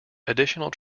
additional